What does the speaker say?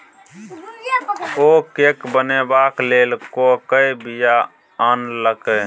ओ cake बनेबाक लेल कोकोक बीया आनलकै